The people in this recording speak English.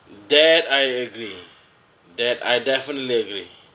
that I agree that I definitely agree